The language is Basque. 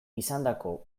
izandako